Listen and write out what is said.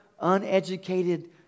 uneducated